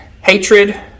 hatred